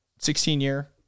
16-year